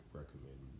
recommend